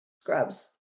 Scrubs